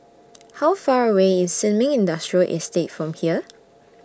How Far away IS Sin Ming Industrial Estate from here